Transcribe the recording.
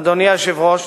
אדוני היושב-ראש,